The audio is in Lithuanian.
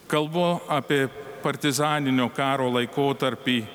kalbu apie partizaninio karo laikotarpį